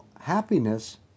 happiness